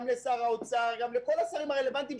גם לשר האוצר לכל השרים הרלוונטיים,